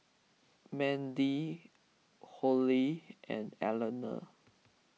Mandie Hollie and Elena